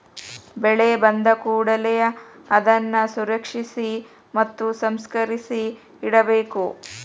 ಬೆಳೆ ಬಂದಕೂಡಲೆ ಅದನ್ನಾ ಸಂರಕ್ಷಿಸಿ ಮತ್ತ ಸಂಸ್ಕರಿಸಿ ಇಡಬೇಕು